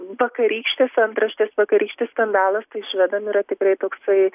vakarykštės antraštės vakarykštis skandalas tai švedams yra tikrai toksai